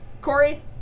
Corey